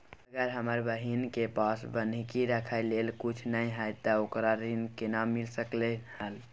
अगर हमर बहिन के पास बन्हकी रखय लेल कुछ नय हय त ओकरा कृषि ऋण केना मिल सकलय हन?